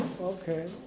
Okay